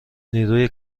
نیروی